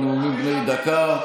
זה היה נאום בן חמש דקות.